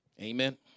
Amen